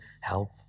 help